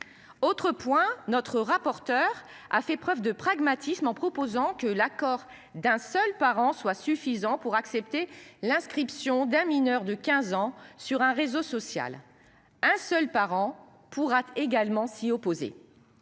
Autre point notre rapporteur a fait preuve de pragmatisme en proposant que l'accord d'un seul parent soit suffisant pour accepter l'inscription d'un mineur de 15 ans sur un réseau social. Un seul parent pourra également s'y opposer.